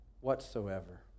whatsoever